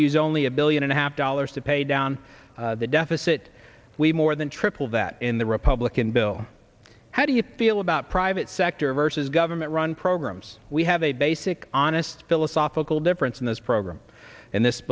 use only a billion and a half dollars to pay down the deficit we more than tripled that in the republican bill how do you feel about private sector versus government run programs we have a basic honest philosophical difference in this program and this